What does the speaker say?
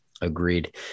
Agreed